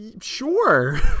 sure